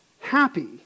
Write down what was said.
happy